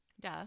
duh